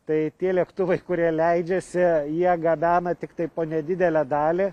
tai tie lėktuvai kurie leidžiasi jie gabena tiktai po nedidelę dalį